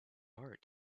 art